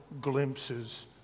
glimpses